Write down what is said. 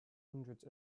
hundreds